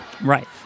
right